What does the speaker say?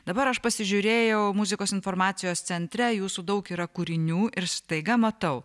dabar aš pasižiūrėjau muzikos informacijos centre jūsų daug yra kūrinių ir staiga matau